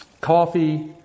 coffee